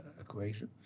equation